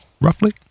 roughly